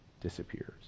disappears